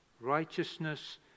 righteousness